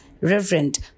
reverend